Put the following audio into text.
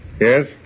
Yes